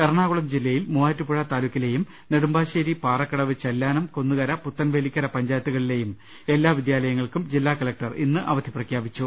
എറണാകുളം ജില്ലയിൽ മുവ്വാറ്റുപുഴ താലൂക്കിലെയും നെടുമ്പാ ശ്ശേരി പാറക്കടവ് ചെല്ലാനം കന്നുകര പുത്തൻവേലിക്കര പഞ്ചായത്തുകളി ലെയും എല്ലാ വിദ്യാലയങ്ങൾക്കും ജില്ലാകലക്ടർ ഇന്ന് അവധി പ്രഖ്യാപിച്ചു